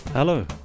Hello